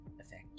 effect